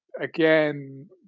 again